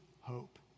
hope